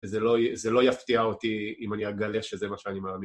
וזה לא יפתיע אותי אם אני אגלה שזה מה שאני מאמין.